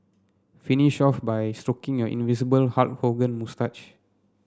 finish off by stroking your invisible Hulk Hogan moustache